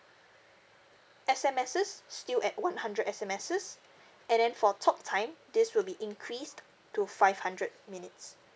S_M_Ss still at one hundred S_M_Ss and then for talk time this will be increased to five hundred minutes